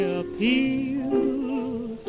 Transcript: appeals